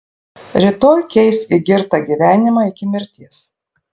rytoj keis į girtą gyvenimą iki mirties